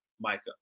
Micah